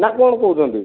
ନା କଣ କହୁଛନ୍ତି